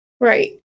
Right